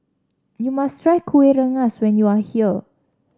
you must try Kueh Rengas when you are here